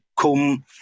come